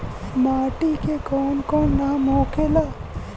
माटी के कौन कौन नाम होखे ला?